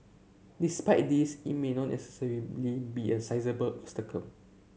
despite this it may not necessarily be a sizeable obstacle